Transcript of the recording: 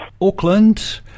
Auckland